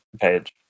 page